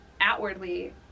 outwardly